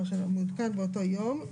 המעודכן באותו יום".